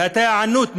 והייתה היענות מהם,